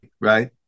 right